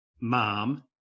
mom